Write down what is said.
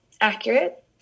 accurate